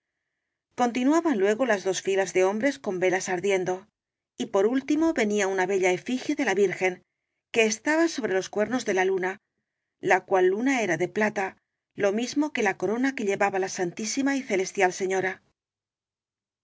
continuaban luego las dos filas de hombres con velas ardiendo y por último venía una bella efigie de la virgen que estaba sobre los cuernos de la luna la cual lu na era de plata lo mismo que la corona que lleva ba la santísima y celestial señora